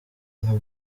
nka